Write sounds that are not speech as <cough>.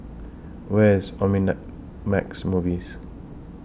Where IS <unintelligible> Max Movies